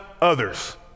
others